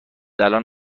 الان